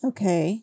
Okay